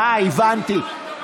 די, הבנתי.